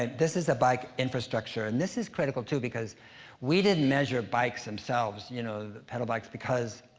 ah this is a bike infrastructure. and this is critical, too, because we didn't measure bikes themselves, you know pedal bikes, because